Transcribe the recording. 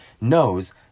knows